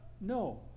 No